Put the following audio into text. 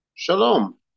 Shalom